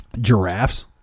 Giraffes